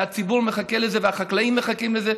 והציבור מחכה לזה והחקלאים מחכים לזה.